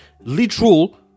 literal